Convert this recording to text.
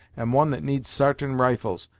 and one that needs sartain rifles,